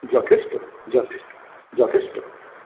যথেষ্ট যথেষ্ট যথেষ্ট